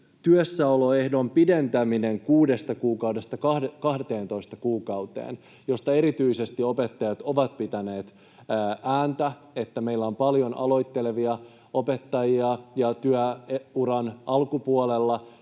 työssäoloehdon pidentäminen 6 kuukaudesta 12 kuukauteen, josta erityisesti opettajat ovat pitäneet ääntä, että meillä on paljon aloittelevia opettajia työuran alkupuolella,